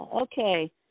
Okay